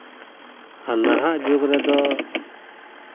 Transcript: ᱟᱨ ᱱᱟᱦᱟᱜ ᱡᱩᱜᱽ ᱨᱮᱫᱚ